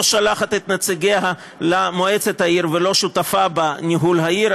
לא שולחת את נציגיה למועצת העיר ולא שותפה בניהול העיר.